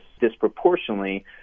disproportionately